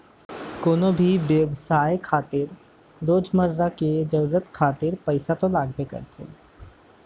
कोनो भी बेवसाय खातिर रोजमर्रा के जरुरत खातिर पइसा तो लगबे करथे